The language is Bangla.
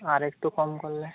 আর একটু কম করলে